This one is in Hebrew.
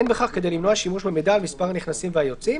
אין בכך כדי למנוע שימוש במידע על מספר הנכנסים והיוצאים."